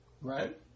right